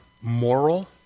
moral